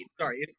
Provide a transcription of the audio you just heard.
sorry